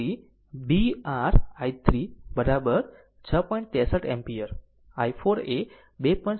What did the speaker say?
63 ampere i4 એ 2